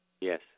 Yes